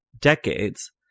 decades